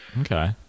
Okay